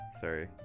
sorry